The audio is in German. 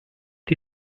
die